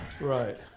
Right